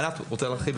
ענת, את רוצה להרחיב?